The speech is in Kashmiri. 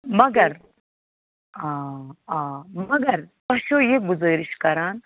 مگر مگر تۄہہِ چھُ یہِ گُزٲرِش کَران